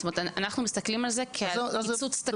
זאת אומרת, אנחנו מסתכלים על זה כעל קיצוץ תקציבי.